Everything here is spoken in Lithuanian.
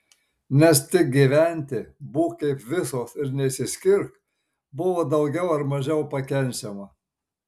nes tik gyventi būk kaip visos ir neišsiskirk buvo daugiau ar mažiau pakenčiama